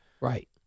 Right